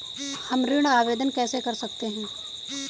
हम ऋण आवेदन कैसे कर सकते हैं?